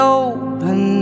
open